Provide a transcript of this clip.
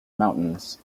mountains